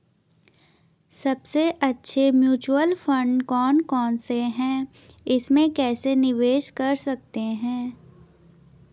सबसे अच्छे mutual fund कौन कौनसे हैं इसमें कैसे निवेश कर सकते हैं?